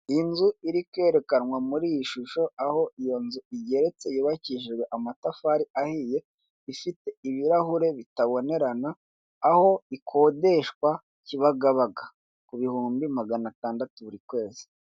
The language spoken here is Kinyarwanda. Inzu iri kwerekanwa muri iyi shusho aho iyo nzu igeretse yubakishijwe amatafari ahiye ifite ibirahure bitabonerana aho ikodesha ibi aho ikodeshwa kibagabaga ku bihumbi 600 ku kwezi.